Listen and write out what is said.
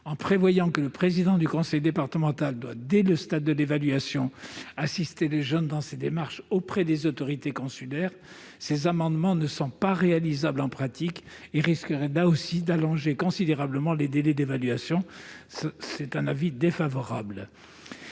Ils prévoient que le président du conseil départemental se doit, dès le stade de l'évaluation, d'assister les jeunes dans leurs démarches auprès des autorités consulaires. Ils ne semblent toutefois pas applicables en pratique et risqueraient d'allonger considérablement les délais d'évaluation. L'avis est donc défavorable.